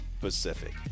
Pacific